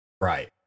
Right